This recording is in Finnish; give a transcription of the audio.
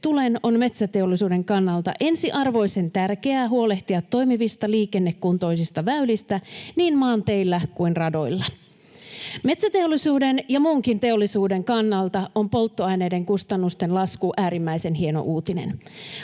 tulen, on metsäteollisuuden kannalta ensiarvoisen tärkeää huolehtia toimivista, liikennekuntoisista väylistä niin maanteillä kuin radoilla. Metsäteollisuuden ja muunkin teollisuuden kannalta on polttoaineiden kustannusten lasku äärimmäisen hieno uutinen.